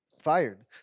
fired